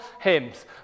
hymns